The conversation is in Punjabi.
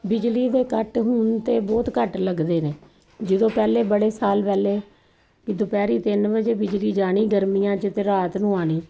ਬਿਜਲੀ ਦੇ ਕੱਟ ਹੁਣ ਤੇ ਬਹੁਤ ਘੱਟ ਲੱਗਦੇ ਨੇ ਜਦੋਂ ਪਹਿਲੇ ਬੜੇ ਸਾਲ ਪਹਿਲੇ ਦੁਪਹਿਰੇ ਤਿੰਨ ਵਜੇ ਬਿਜਲੀ ਜਾਣੀ ਗਰਮੀਆਂ ਚ ਤੇ ਰਾਤ ਨੂੰ ਆਣੀ